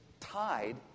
Tied